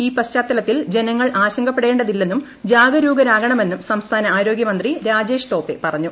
ഈ പശ്ചാത്തലത്തിൽ ജനങ്ങൾ ആശങ്കപ്പെടേണ്ടതില്ലെന്നും ജാഗരൂകരാകണമെന്നും സംസ്ഥാന ആരോഗൃ മന്ത്രി രാജേഷ് തോപെ പറഞ്ഞു